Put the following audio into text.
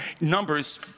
Numbers